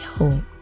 yo